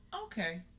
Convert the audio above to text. Okay